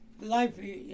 life